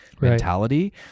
mentality